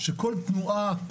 שכל תנועה,